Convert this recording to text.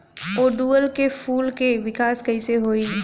ओड़ुउल के फूल के विकास कैसे होई?